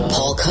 Paul